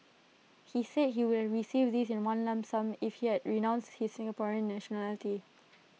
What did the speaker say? he said he would have received this in one lump sum if he had renounced his Singaporean nationality